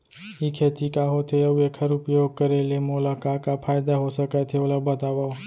ई खेती का होथे, अऊ एखर उपयोग करे ले मोला का का फायदा हो सकत हे ओला बतावव?